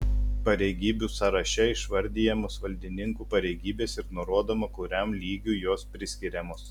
pareigybių sąraše išvardijamos valdininkų pareigybės ir nurodoma kuriam lygiui jos priskiriamos